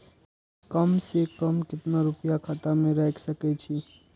कम से कम केतना रूपया खाता में राइख सके छी?